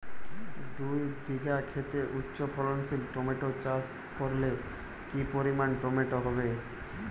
দুই বিঘা খেতে উচ্চফলনশীল টমেটো চাষ করলে কি পরিমাণ টমেটো হবে?